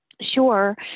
Sure